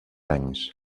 anys